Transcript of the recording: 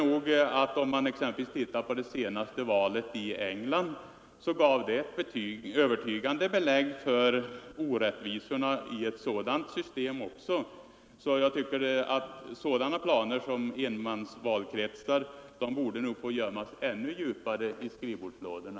Om man exempelvis tittar på det senaste valet i England, så får man ett övertygande bevis för orättvisorna även i det systemet. Planerna på enmansvalkretsar bör nog i fortsättningen gömmas ännu djupare i skrivbordslådorna.